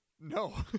No